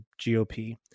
GOP